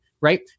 right